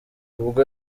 ubwo